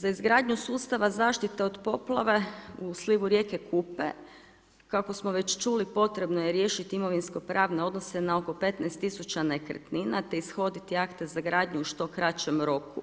Za izgradnju sustava zaštite od poplave u slivu rijeke Kupe, kako već čuli potrebno je riješiti imovinsko-pravne odnose na oko 15.000 nekretnina te ishoditi akte za gradnju u što kraćem roku